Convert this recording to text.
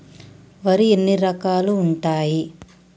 వరిలో ఎన్ని రకాలు ఉంటాయి?